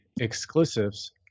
exclusives